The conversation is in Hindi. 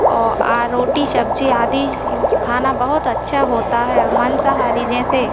और रोटी सब्ज़ी आदि ज खाना बहुत अच्छा होता है मांसाहारी जैसे